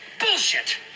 Bullshit